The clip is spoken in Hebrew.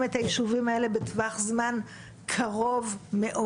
את היישובים האלה בטווח זמן קרוב מאוד.